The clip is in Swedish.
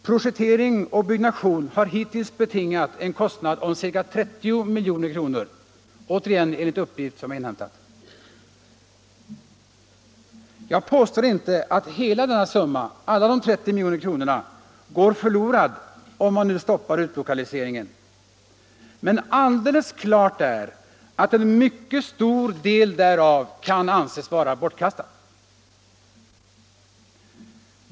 Projektering och byggnation har hittills betingat en kostnad på ca 30 milj.kr. — återigen enligt uppgift som jag inhämtat. Jag påstår inte att hela beloppet på 30 milj.kr. går förlorat, om man nu stoppar utlokaliseringen, men alldeles klart är att en mycket stor del därav kan anses vara bortkastat.